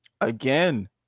Again